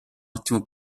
ottimo